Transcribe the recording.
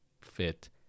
fit